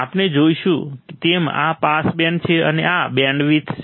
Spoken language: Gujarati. આપણે જોયું તેમ આ પાસ બેન્ડ છે અને આ બેન્ડવિડ્થ છે